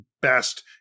best